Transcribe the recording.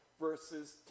verses